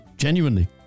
Genuinely